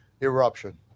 eruption